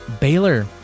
Baylor